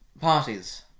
Parties